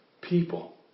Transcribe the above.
people